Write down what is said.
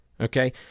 okay